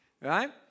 right